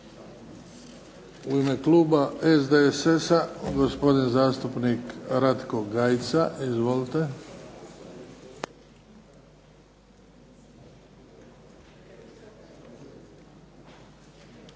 U ime kluba SDSS-a gospodin zastupnik Ratko Gajica. Izvolite.